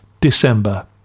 December